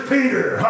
Peter